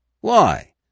Why